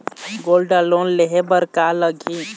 Gold loan लेहे बर का लगही?